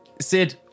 Sid